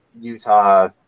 Utah